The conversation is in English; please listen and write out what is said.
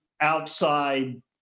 outside